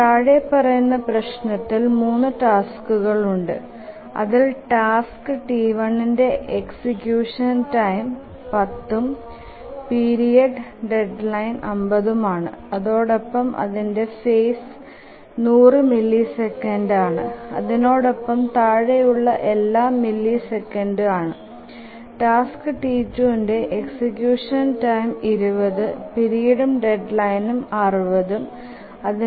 താഴെ പറയുന്ന പ്രശ്നത്തിൽ 3 ടാസ്കുകൾ ഉണ്ട് അതിൽ ടാസ്ക് T1ന്ടെ എക്സിക്യൂഷൻ ടൈം 10ഉം പീരീഡ്ഉം ഡെഡ്ലൈനും 50 ആണ് അതിനോടൊപ്പം അതിന്ടെ ഫേസ് 100മില്ലിസെക്കന്റ് ആണ് അതിനോടൊപ്പം താഴെ ഉള്ള എല്ലാം മില്ലി സെക്കന്റ് ആണ് ടാസ്ക് T2ന്ടെ എക്സിക്യൂഷൻ ടൈം 20ഉം പീരീഡ്ഉം ഡെഡ്ലൈനും 60ഉം അതിന്ടെ ഫേസ് 0ഉം ആണ്